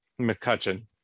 McCutcheon